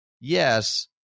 yes